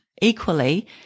Equally